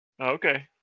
Okay